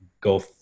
go